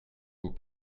vous